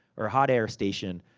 or hot air station.